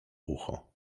ucho